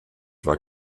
war